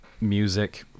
music